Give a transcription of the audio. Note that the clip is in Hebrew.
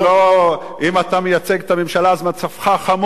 אם אתה מייצג את הממשלה אז מצבך חמור ביותר,